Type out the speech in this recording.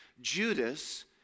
Judas